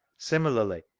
similarly,